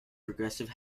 progressive